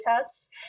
test